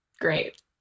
Great